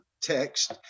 text